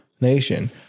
Nation